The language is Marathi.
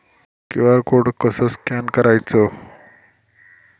क्यू.आर कोड कसो स्कॅन करायचो?